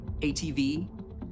ATV